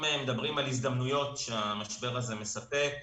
אם מדברים על ההזדמנויות שהמשבר הזה מספק,